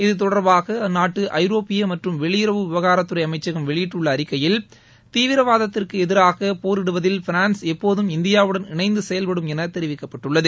இதுதொடர்பாக அந்நாட்டு ஐரோப்பிய மற்றும் வெளியுறவு விவகாரத்துறை அமைச்சகம் வெளியிட்டுள்ள அறிக்கையில் தீவிரவாதத்திற்கு எதிராக போரிடுவதில் பிரான்ஸ் எப்போதும் இந்தியாவுடன் இணைந்து செயல்படும் என தெரிவிக்கப்பட்டுள்ளது